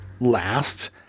last